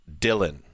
Dylan